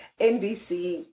NBC